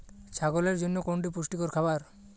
ছাগলের জন্য কোনটি পুষ্টিকর খাবার?